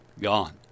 gone